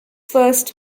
first